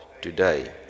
today